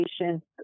patients